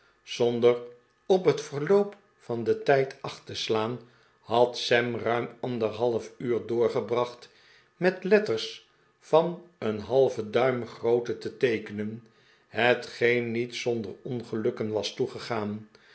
zonder op het verloop van den tijd acht te slaan had sam ruim anderhalf uur doorgebracht met letters van een halven duim grootte te teekenen hetgeen niet zonder ongelukken was toegegaan